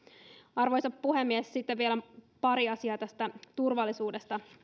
arvoisa puhemies sitten vielä pari asiaa tästä turvallisuudesta